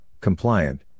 compliant